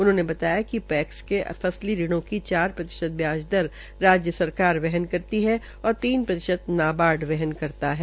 उन्होंने बताया कि पैक्स के फस्ली ऋणों की चार प्रतिशत ब्याज दर राज्य सरकार वहन करती है और और तीन प्रतिशत नाबार्ड वहन करता है